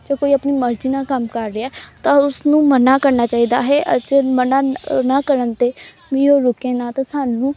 ਜੇ ਕੋਈ ਆਪਣੀ ਮਰਜ਼ੀ ਨਾਲ ਕੰਮ ਕਰ ਰਿਹਾ ਤਾਂ ਉਸਨੂੰ ਮਨ੍ਹਾ ਕਰਨਾ ਚਾਹੀਦਾ ਹੈ ਅਤੇ ਮਨ੍ਹਾ ਨਾ ਕਰਨ 'ਤੇ ਵੀ ਉਹ ਰੁਕੇ ਨਾ ਤਾਂ ਸਾਨੂੰ